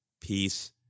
peace